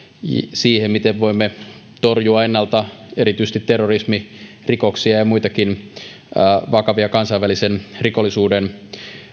siihen miten voimme torjua ennalta erityisesti terrorismirikoksia ja ja muitakin vakavia kansainvälisen rikollisuuden